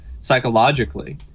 psychologically